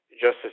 Justice